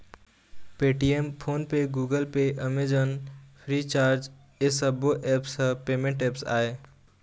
Paytm, PhonePe, Google Pay, Amazon, Freecharge ए सब्बो apps ह पेमेंट ऐप्स आय